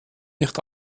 nicht